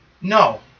No